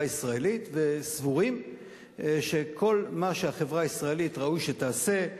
הישראלית וסבורים שכל מה שהחברה הישראלית ראוי שתעשה,